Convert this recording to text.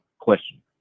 Question